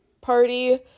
party